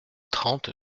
trente